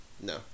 No